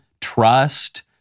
trust